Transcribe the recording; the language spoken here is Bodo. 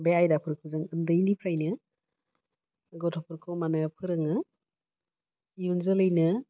बे आयदाफोरखौ जों उन्दैनिफ्रायनो गथ'फोरखौ माने फोरोङो इयुन जोलैनो